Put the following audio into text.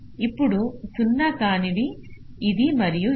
ఇప్పుడు 0 కానివి ఇది మరియు ఇది